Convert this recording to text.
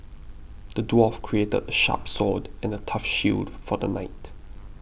the dwarf crafted a sharp sword and a tough shield for the knight